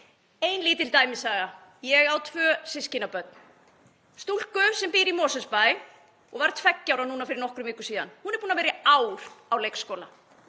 Ein lítil dæmisaga: Ég á tvö systkinabörn; stúlku sem býr í Mosfellsbæ og varð tveggja ára núna fyrir nokkrum vikum síðan en hún er búin að vera í ár á leikskóla.